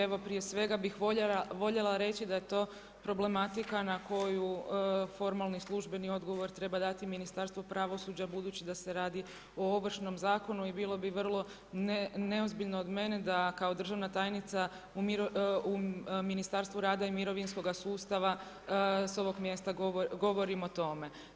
Evo prije svega bih voljela reći da je to problematika na koju formalni službeni odgovor treba dati Ministarstvo pravosuđa budući da se radi o Ovršnom zakonu i bilo bi vrlo neozbiljno od mene da kao državna tajnica u Ministarstvu rada i mirovinskoga sustava s ovog mjesta govorim o tome.